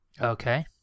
Okay